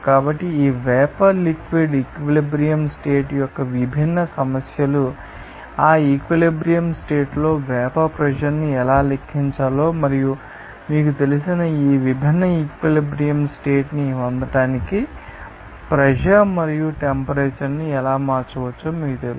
కాబట్టి ఈ vapour liquid equilibrium state యొక్క విభిన్న సమస్యలు ఆ ఈక్విలిబ్రియం స్టేట్ లో వేపర్ ప్రెషర్ న్ని ఎలా లెక్కించాలో మరియు మీకు తెలిసిన ఈ విభిన్న ఈక్విలిబ్రియం స్టేట్ ని పొందడానికి ప్రెషర్ మరియు టెంపరేచర్ను ఎలా మార్చవచ్చో మీకు తెలుసు